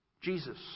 Jesus